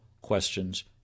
questions